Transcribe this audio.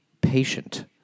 patient